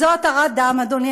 זו התרת דם, אדוני.